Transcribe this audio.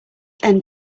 end